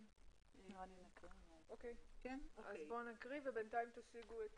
נקריא ובינתיים תשיגו את